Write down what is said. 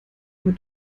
mit